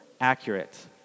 accurate